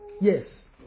Yes